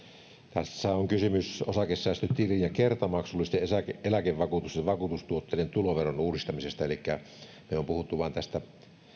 tässä on kysymys osakesäästötilin ja kertamaksullisten eläkevakuutus ja vakuutustuotteiden tuloveron uudistamisesta elikkä me olemme puhuneet vain tästä